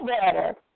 better